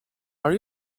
are